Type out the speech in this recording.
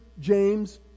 James